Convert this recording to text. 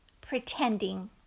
Pretending